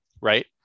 right